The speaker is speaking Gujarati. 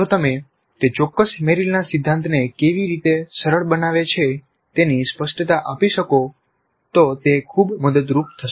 જો તમે તે ચોક્કસ મેરિલના સિદ્ધાંતને કેવી રીતે સરળ બનાવે છે તેની સ્પષ્ટતા આપી શકો છો તો તે ખૂબ મદદરૂપ થશે